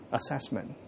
assessment